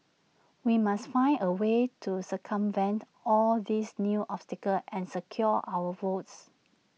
we must find A way to circumvent all these new obstacles and secure our votes